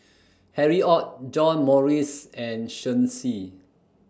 Harry ORD John Morrice and Shen Xi